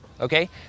Okay